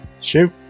Shoot